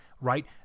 right